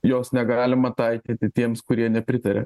jos negalima taikyti tiems kurie nepritaria